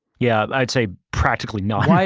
yeah, i'd say practically none. why